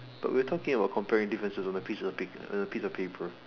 but we're talking about comparing differences on a piece on a piece of paper